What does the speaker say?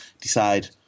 decide